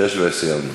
שש וסיימנו.